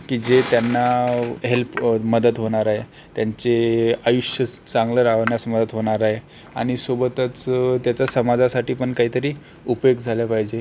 की जे त्यांना हेल्प मदत होणार आहे त्यांचे आयुष्य चांगलं राहण्यास मदत होणार आहे आणि सोबतच त्याचा समाजासाठी पण काहीतरी उपयोग झाला पाहिजे